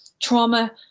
trauma